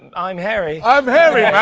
i'm harry. i'm harry,